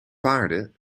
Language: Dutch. paarden